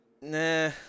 nah